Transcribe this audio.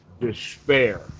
despair